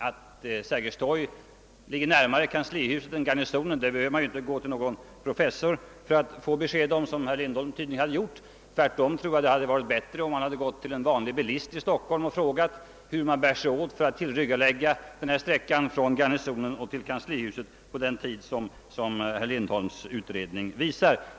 Att Sergels torg ligger närmare kanslihuset än Garnisonen gör behöver man inte gå till en professor för att få besked om, vilket herr Lindholm tydligen har gjort. Tvärtom tror jag det hade varit bättre om han vänt sig till en vanlig bilist i Stockholm och frågat hur man bär sig åt för att tillryggalägga sträckan från Garnisonen till kanslihuset på den tid som herr Lindholms utredning visar.